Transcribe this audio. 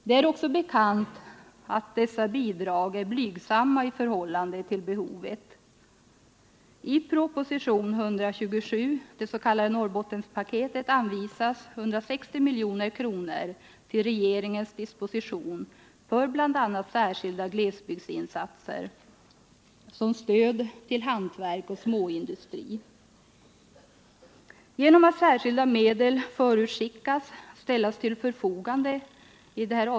Det är bekant att dess bidrag är blygsamma i förhållande till behovet. I propositionen 127, det s.k. Norrbottenspaketet, föreslås att 160 milj.kr. ställs till regeringens disposition för bl.a. särskilda glesbygdsinsatser til! stöd för hantverk och småindustri. Särskilda medel förutsätts alltså bli ställda till förfogande för dessa ändamål.